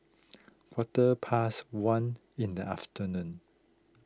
quarter past one in the afternoon